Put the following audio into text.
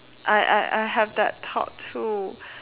I I I have that thought too